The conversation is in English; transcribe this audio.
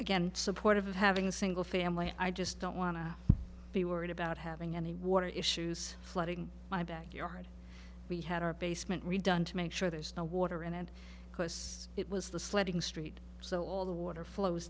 again supportive of having a single family i just don't want to be worried about having any water issues flooding my backyard we had our basement redone to make sure there's no water in and because it was the sledding street so all the water flows